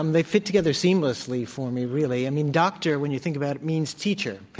um they fit together seamle ah ssly for me, really. i mean, doctor, when you think about it, means teacher.